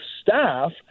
staff